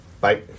bye